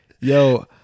yo